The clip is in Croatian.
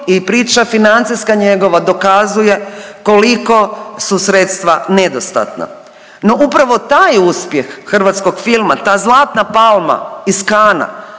i priča financijska njegova dokazuje koliko su sredstva nedostatna. No upravo taj uspjeh hrvatskog filma, ta Zlatna palma iz Cannesa